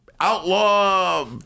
outlaw